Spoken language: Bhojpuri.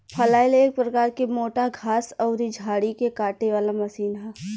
फलैल एक प्रकार के मोटा घास अउरी झाड़ी के काटे वाला मशीन ह